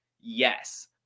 Yes